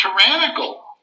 tyrannical